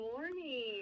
morning